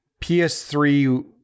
PS3